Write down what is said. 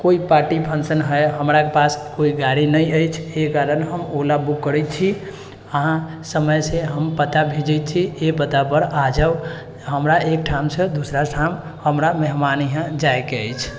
कोइ party function है हमरा पास कोइ गाड़ी नहि अछि एहि कारण हम ओला बुक करै छी अहाँ समयसँ हम पता भेजै छी इहे पतापर आबि जाउ हमरा एकठामसँ दोसरा ठाम हमरा मेहमानके इहा जाइके अछि